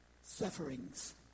sufferings